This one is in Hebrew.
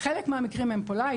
חלק מהמקרים פה הם "לייט",